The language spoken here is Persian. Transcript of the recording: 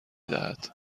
دهد